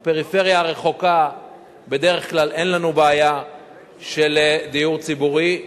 בפריפריה הרחוקה בדרך כלל אין לנו בעיה של דיור ציבורי,